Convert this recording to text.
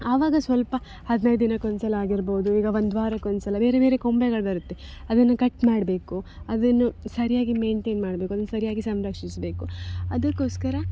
ಆವಾಗ ಸ್ವಲ್ಪ ಹದಿನೈದು ದಿನಕ್ಕೆ ಒಂದುಸಲ ಆಗಿರ್ಬೋದು ಈಗ ಒಂದು ವಾರಕ್ಕೆ ಒಂದುಸಲ ಬೇರೆ ಬೇರೆ ಕೊಂಬೆಗಳು ಬರುತ್ತೆ ಅದನ್ನು ಕಟ್ ಮಾಡಬೇಕು ಅದನ್ನು ಸರಿಯಾಗಿ ಮೇಯ್ನ್ಟೇನ್ ಮಾಡಬೇಕು ಅದನ್ನು ಸರಿಯಾಗಿ ಸಂರಕ್ಷಿಸಬೇಕು ಅದಕೋಸ್ಕರ